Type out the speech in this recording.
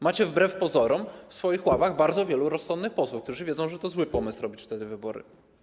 Macie wbrew pozorom w swoich ławach bardzo wielu rozsądnych posłów, którzy wiedzą, że to zły pomysł, żeby robić wtedy wybory.